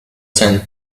sand